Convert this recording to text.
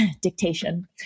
dictation